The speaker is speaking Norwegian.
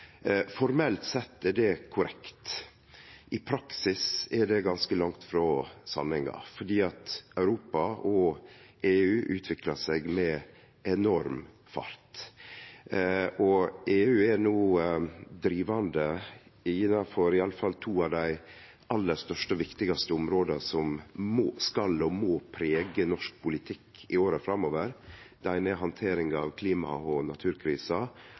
Formelt sett er det korrekt, men i praksis er det ganske langt frå sanninga, for Europa og EU utviklar seg med enorm fart. EU er no drivande innanfor i alle fall to av dei aller største og viktigaste områda som skal og må prege norsk politikk i åra framover. Det eine er handteringa av klima- og